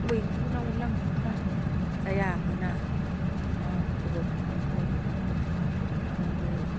सबाय ओंख्रिफोरा अनद्ला ओंख्रिफोरा जाया मोना बेराद गोबाव संनांगौ अनद्लाब्लाबो